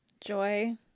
joy